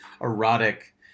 erotic